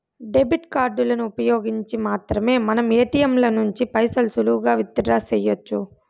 debit కార్డులను ఉపయోగించి మాత్రమే మనం ఏటియంల నుంచి పైసలు సులువుగా విత్ డ్రా సెయ్యొచ్చు